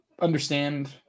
understand